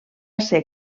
ser